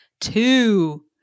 Two